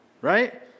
right